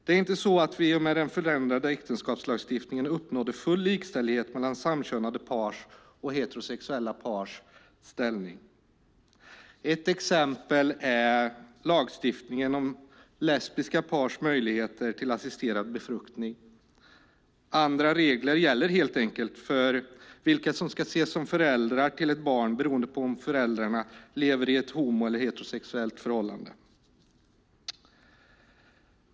Det är inte så att vi i och med den förändrade äktenskapslagstiftningen uppnådde full likställighet mellan samkönade pars och heterosexuella pars ställning. Ett exempel är lagstiftningen om lesbiska pars möjligheter till assisterad befruktning. Andra regler gäller helt enkelt för vilka som ska ses som föräldrar till ett barn beroende på om föräldrarna lever i ett homo eller heterosexuellt förhållande.